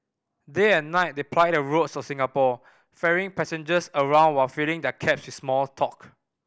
day and night they ply the roads of Singapore ferrying passengers around while filling their cabs with small talk